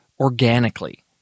Organically